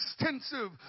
extensive